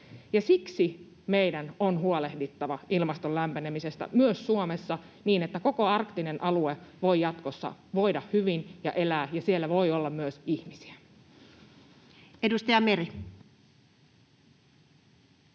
Siksi meidän on huolehdittava ilmaston lämpenemisestä myös Suomessa niin, että koko arktinen alue voi jatkossa voida hyvin ja elää ja siellä voi olla myös ihmisiä. Edustaja Meri.